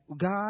God